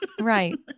Right